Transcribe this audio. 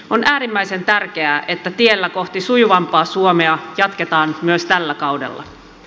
on äärimmäisen tärkeää että tiellä kohti sujuvampaa suomea jatketaan myös tällä kaudella